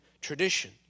tradition